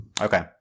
Okay